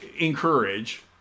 encourage